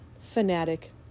fanatic